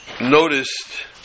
noticed